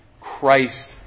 Christ